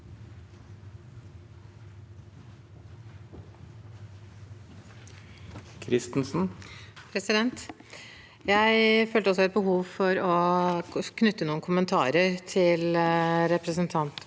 Jeg følte også et behov for å knytte noen kommentarer til representanten